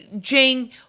Jane